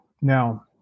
now